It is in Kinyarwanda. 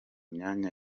myanya